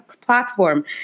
platform